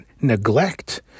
neglect